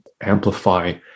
amplify